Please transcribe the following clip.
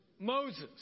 Moses